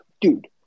dude